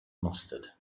mustard